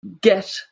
get